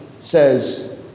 says